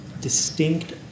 distinct